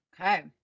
Okay